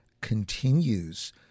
continues